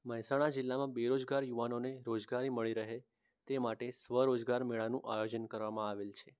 મહેસાણા જિલ્લામાં બેરોજગાર યુવાનોને રોજગારી મળી રહે તે માટે સ્વરોજગાર મેળાનું આયોજન કરવામાં આવે છે